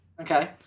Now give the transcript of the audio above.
Okay